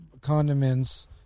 condiments